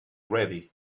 ready